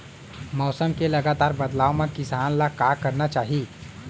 मौसम के लगातार बदलाव मा किसान ला का करना चाही?